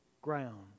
ground